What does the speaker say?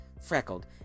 freckled